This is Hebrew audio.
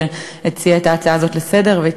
שהציע את ההצעה הזאת לסדר-היום.